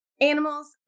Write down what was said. animals